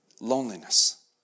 loneliness